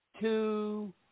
two